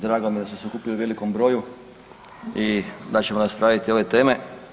Drago mi je da ste se okupili u velikom broju i da ćemo raspraviti ove teme.